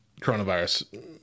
coronavirus